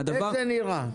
איך זה נראה?